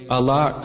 Allah